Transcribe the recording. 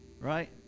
Right